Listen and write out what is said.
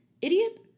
Idiot